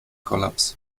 kollaps